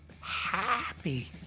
Happy